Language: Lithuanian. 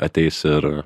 ateis ir